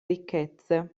ricchezze